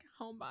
homebody